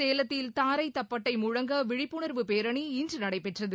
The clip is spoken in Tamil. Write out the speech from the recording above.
கேலத்தில் தாரை தப்பட்டை முழங்க விழிப்புணர்வு பேரணி இன்று நடைபெற்றது